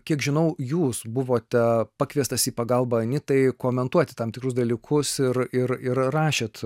kiek žinau jūs buvote pakviestas į pagalbą anytai komentuoti tam tikrus dalykus ir ir ir rašėt